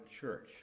church